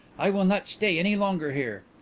i will not stay any longer here.